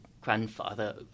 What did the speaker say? grandfather